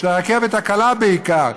של הרכבת הקלה בעיקר,